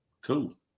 cool